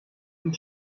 und